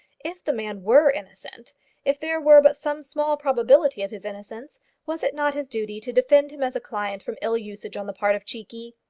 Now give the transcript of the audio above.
if the man were innocent if there were but some small probability of his innocence was it not his duty to defend him as a client from ill-usage on the part of cheekey?